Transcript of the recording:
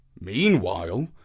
Meanwhile